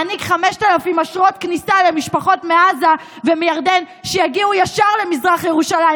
מעניק 5,000 אשרות כניסה למשפחות מעזה ומירדן שיגיעו ישר למזרח ירושלים,